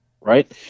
right